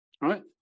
right